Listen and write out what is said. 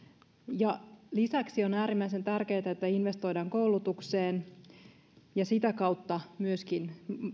lisäksi on äärimmäisen tärkeätä että investoidaan koulutukseen sekä muuntokoulutukseen ja sitä kautta myöskin